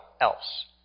else